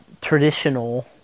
traditional